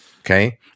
okay